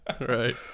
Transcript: right